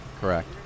Correct